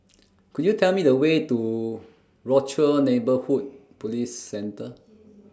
Could YOU Tell Me The Way to Rochor Neighborhood Police Centre